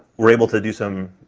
we're able to do some